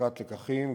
הפקת לקחים,